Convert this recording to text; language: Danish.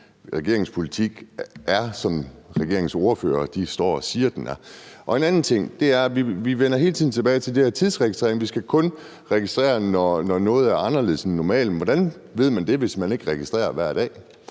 regeringens ordførere står og siger den er. Den anden ting er, at vi hele tiden vender tilbage til det med tidsregistrering, altså at vi kun skal registrere, når noget er anderledes end normalen. Men hvordan ved man det, hvis man ikke registrerer det hver dag?